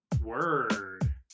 Word